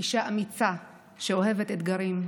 אישה אמיצה שאוהבת אתגרים.